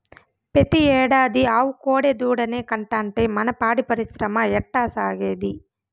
పెతీ ఏడాది ఆవు కోడెదూడనే కంటాంటే మన పాడి పరిశ్రమ ఎట్టాసాగేది